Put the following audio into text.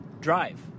drive